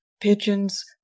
pigeons